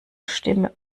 stimme